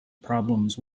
problems